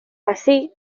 así